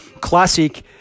classic